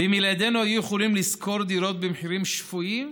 ואם ילדינו היו יכולים לשכור דירות במחירים שפויים,